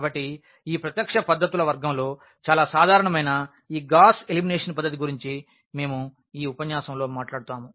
కాబట్టి ఈ ప్రత్యక్ష పద్ధతుల వర్గంలో చాలా సాధారణమైన ఈ గాస్ ఎలిమినేషన్ పద్ధతి గురించి మేము ఈ ఉపన్యాసంలో మాట్లాడుతాము